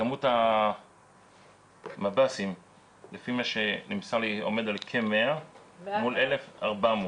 כמות המב"סים לפי מה שנמסר לי עומד על כ-100 מול 1,400,